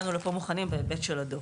באנו לפה מוכנים בהיבט של הדוח.